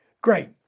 great